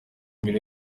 mbere